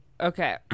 okay